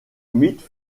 mythe